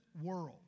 world